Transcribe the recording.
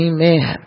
Amen